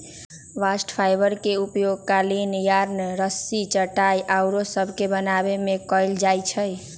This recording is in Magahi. बास्ट फाइबर के उपयोग कालीन, यार्न, रस्सी, चटाइया आउरो सभ बनाबे में कएल जाइ छइ